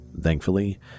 Thankfully